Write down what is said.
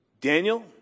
Daniel